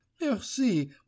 merci